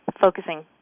focusing